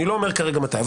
אני לא אומר כרגע מתי,